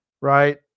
right